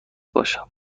باشم